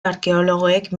arkeologoek